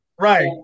Right